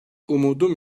umudum